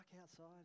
outside